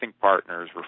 partners